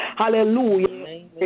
Hallelujah